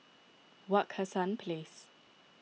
Wak Hassan Place